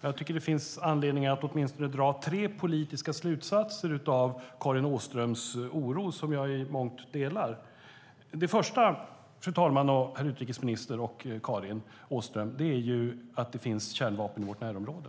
Jag tycker att det finns anledning att åtminstone dra tre politiska slutsatser av Karin Åströms oro som jag i mångt och mycket delar. Den första slutsatsen, fru talman, herr utrikesminister och Karin Åström, är att det finns kärnvapen i vårt närområde.